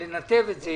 לנתב את זה.